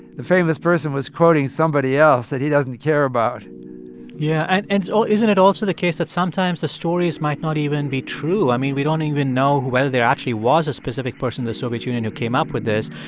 the famous person was quoting somebody else that he doesn't care about yeah. and and so isn't it also the case that sometimes the stories might not even be true? i mean, we don't even know whether there actually was a specific person in the soviet union who came up with this.